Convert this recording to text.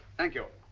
thank you.